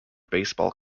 baseball